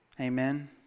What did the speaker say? Amen